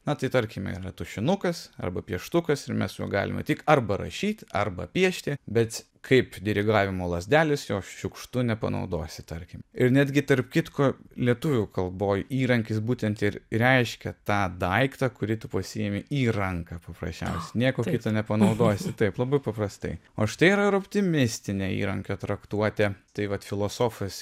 na tai tarkime yra tušinukas arba pieštukas ir mes juo galime tik arba rašyti arba piešti bet kaip dirigavimo lazdelės jo šiukštu nepanaudosi tarkim ir netgi tarp kitko lietuvių kalboj įrankis būtent ir reiškia tą daiktą kurį tu pasiimi į ranką paprasčiausiai nieko kito nepanaudosi taip labai paprastai o štai yra ir optimistinė įrankio traktuotė tai vat filosofas